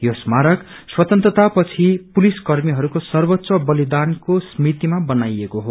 यो स्मारक स्वतंत्रता पछि पुलिस कर्मीहरूको सर्वोच्च बलिदानको स्मृतिमा बनाइएको हो